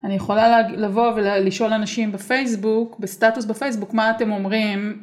אני יכולה לבוא ולשאול אנשים בפייסבוק בסטטוס בפייסבוק מה אתם אומרים